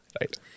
Right